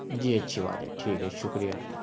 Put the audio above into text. جی اچھی بات ہے ٹھیک ہے شکریہ